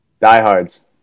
Diehards